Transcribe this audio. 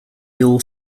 ill